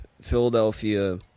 Philadelphia